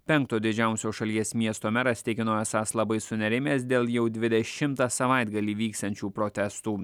penkto didžiausio šalies miesto meras tikino esąs labai sunerimęs dėl jau dvidešimtą savaitgalį vyksiančių protestų